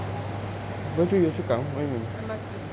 M_R_T